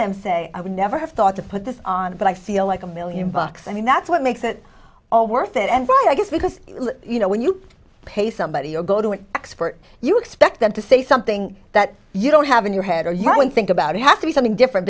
them say i would never have thought to put this on but i feel like a million bucks i mean that's what makes it all worth it and so i guess because you know when you pay somebody or go to an expert you expect them to say something that you don't have in your head or you're going think about you have to be something different